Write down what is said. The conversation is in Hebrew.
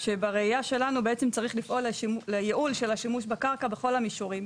שבראייה שלנו בעצם צריך לפעול לייעול של השימוש בקרקע בכל המישורים,